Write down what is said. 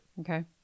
Okay